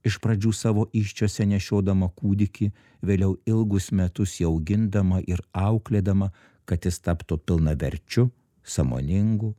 iš pradžių savo įsčiose nešiodama kūdikį vėliau ilgus metus jį augindama ir auklėdama kad jis taptų pilnaverčiu sąmoningu